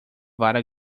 vara